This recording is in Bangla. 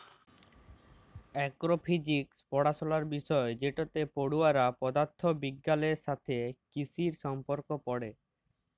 এগ্র ফিজিক্স পড়াশলার বিষয় যেটতে পড়ুয়ারা পদাথথ বিগগালের সাথে কিসির সম্পর্ক পড়ে